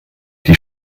die